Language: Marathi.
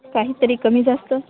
काहीतरी कमी जास्त